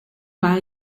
war